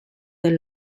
del